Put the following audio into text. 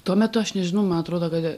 tuo metu aš nežinau man atrodo kad